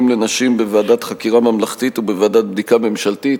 לנשים בוועדת חקירה ממלכתית ובוועדת בדיקה ממשלתית,